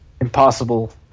Impossible